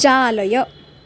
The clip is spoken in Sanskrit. चालय